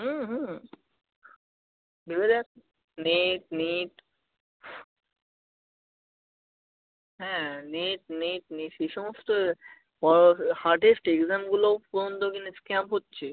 হুম হুম ভেবে দেখ নেট নিট হ্যাঁ নিট নিট সে সমস্ত প হারডেস্ট এক্সামগুলোও পর্যন্ত কিন্তু স্ক্যাম হচ্ছে